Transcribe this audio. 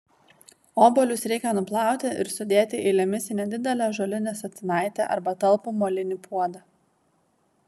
obuolius reikia nuplauti ir sudėti eilėmis į nedidelę ąžuolinę statinaitę arba talpų molinį puodą